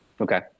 Okay